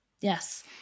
Yes